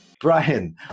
brian